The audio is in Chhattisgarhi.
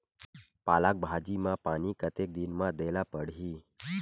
पालक भाजी म पानी कतेक दिन म देला पढ़ही?